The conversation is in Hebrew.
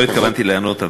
לא התכוונתי לענות,